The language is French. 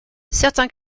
certains